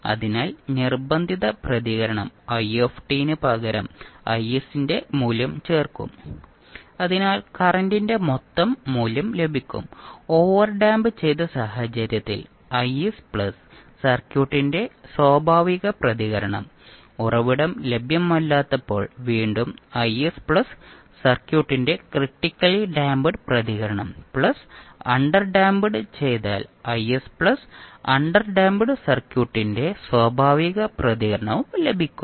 അതിനാൽ നിർബന്ധിത പ്രതികരണം if ന് പകരം Is ന്റെ മൂല്യം ചേർക്കും അതിനാൽ കറന്റിന്റെ മൊത്തം മൂല്യം ലഭിക്കും ഓവർഡാമ്പ് ചെയ്ത സാഹചര്യത്തിൽ Is പ്ലസ് സർക്യൂട്ടിന്റെ സ്വാഭാവിക പ്രതികരണം ഉറവിടം ലഭ്യമല്ലാത്തപ്പോൾ വീണ്ടും Is പ്ലസ് സർക്യൂട്ടിന്റെ ക്രിട്ടിക്കലി ഡാംപ്ഡ് പ്രതികരണം പ്ലസ് അണ്ടർഡാമ്പ് ചെയ്താൽ Is പ്ലസ് അണ്ടർഡാംപ്ഡ് സർക്യൂട്ടിന്റെ സ്വാഭാവിക പ്രതികരണവും ലഭിക്കും